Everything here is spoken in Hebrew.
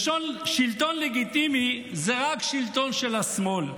שלטון לגיטימי זה רק שלטון של השמאל,